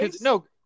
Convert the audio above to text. no